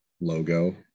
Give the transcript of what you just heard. logo